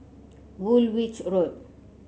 Woolwich Road